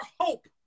hope